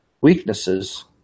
weaknesses